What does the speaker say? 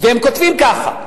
והם כותבים כך: